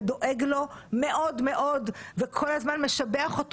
ודואג לו מאוד מאוד וכל הזמן משבח אותו